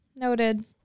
Noted